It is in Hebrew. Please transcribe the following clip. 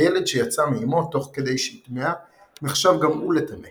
הילד שייצא מאמו תוך כדי שהיא טמאה נחשב גם הוא לטמא